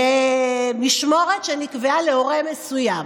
למשמורת שנקבעה להורה מסוים.